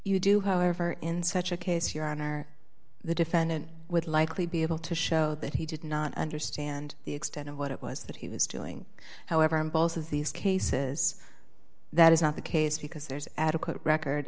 you do however in such a case your honor the defendant would likely be able to show that he did not understand the extent of what it was that he was doing however in both of these cases that is not the case because there's adequate record